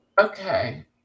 Okay